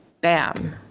bam